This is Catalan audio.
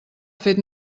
fet